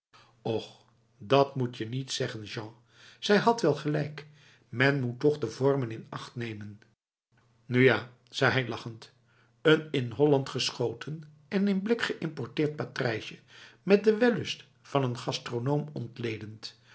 och dat moetje niet zeggen jean zij had wel gelijk men moet toch de vormen in acht nemenf nu ja zei hij lachend een in holland geschoten en in blik geïmporteerd patrijsje met de wellust van een gastronoom ontledend